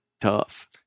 tough